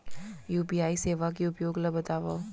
UPI सेवा के उपयोग ल बतावव?